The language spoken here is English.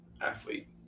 athlete